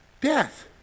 Death